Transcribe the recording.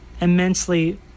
immensely